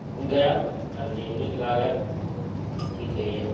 गायब आर जे नीक लागए ठीके यए